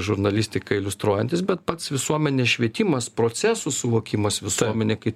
žurnalistiką iliustruojantis bet pats visuomenės švietimas procesų suvokimas visuomenė kai